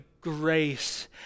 grace